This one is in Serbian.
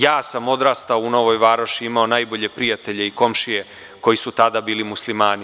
Ja sam odrastao u Novoj Varoši, imao najbolje prijatelje i komšije koji su tada bili muslimani.